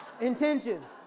intentions